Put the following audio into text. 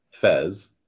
Fez